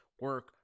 Work